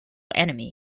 enemy